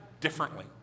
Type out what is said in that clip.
differently